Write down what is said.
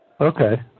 Okay